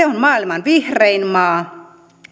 on maailman vihrein maa